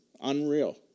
Unreal